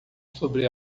sobre